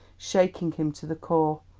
shaking him to the core.